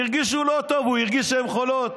הרגישו לא טוב, הוא הרגיש שהן חולות,